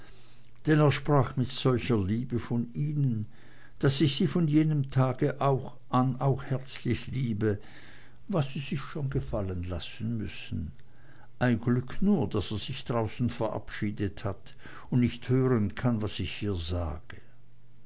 er sprach mit solcher liebe von ihnen daß ich sie von jenem tag an auch herzlich liebe was sie sich schon gefallen lassen müssen ein glück nur daß er sich draußen verabschiedet hat und nicht hören kann was ich hier sage